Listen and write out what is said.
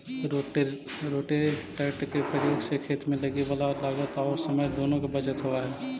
rotator के प्रयोग से खेत में लगे वाला लागत औउर समय दुनो के बचत होवऽ हई